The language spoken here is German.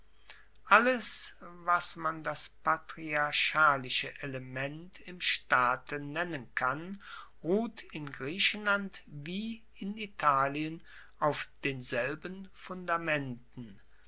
alles was man das patriarchalische element im staate nennen kann ruht in griechenland wie in italien auf denselben fundamenten